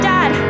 Dad